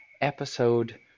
episode